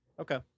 Okay